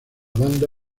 banda